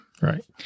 Right